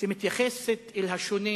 שמתייחסת אל השונה,